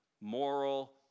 moral